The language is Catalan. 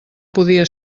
podia